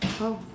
oh